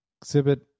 exhibit